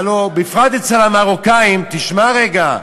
הלוא, בפרט אצל המרוקאים, תשמע רגע.